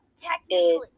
Technically